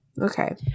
Okay